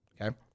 okay